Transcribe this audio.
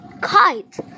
kite